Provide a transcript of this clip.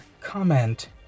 comment